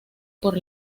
por